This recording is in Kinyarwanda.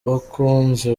bakunzi